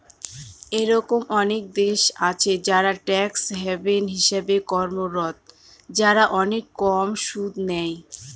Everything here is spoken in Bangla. এরকম অনেক দেশ আছে যারা ট্যাক্স হ্যাভেন হিসেবে কর্মরত, যারা অনেক কম সুদ নেয়